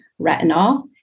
retinol